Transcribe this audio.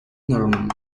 norman